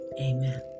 Amen